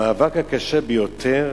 המאבק הקשה ביותר